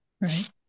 right